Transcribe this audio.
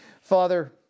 Father